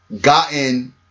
gotten